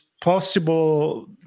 possible